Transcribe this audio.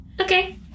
Okay